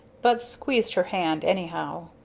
but squeezed her hand, anyhow.